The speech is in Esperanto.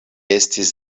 estis